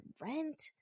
rent